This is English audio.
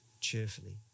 cheerfully